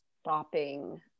stopping